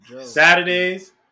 Saturdays